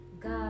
God